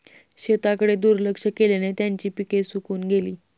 शेताकडे दुर्लक्ष केल्याने त्यांची पिके सुकून गेली